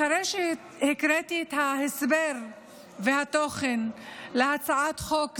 אחרי שהקראתי את ההסבר והתוכן להצעת חוק זו,